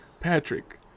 Patrick